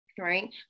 Right